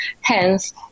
hence